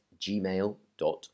gmail.com